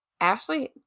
Ashley